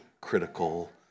critical